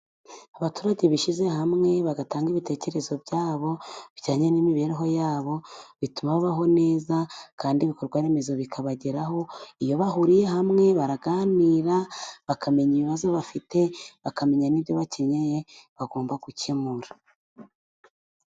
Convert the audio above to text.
Abaturage bishyize hamwe, bagatanga ibitekerezo byabo, bijyanye n'imibereho yabo, bituma babaho neza, kandi ibikorwaremezo bikabageraho, iyo bahuriye hamwe baraganira, bakamenya ibibazo bafite, bakamenya n'ibyo bakeneye bagomba gukemura.